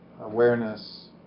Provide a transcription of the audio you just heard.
awareness